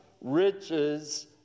riches